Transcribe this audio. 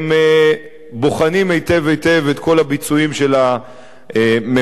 בוחנים היטב-היטב את כל הביצועים של הממשלה,